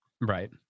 Right